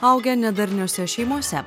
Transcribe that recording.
augę nedarniose šeimose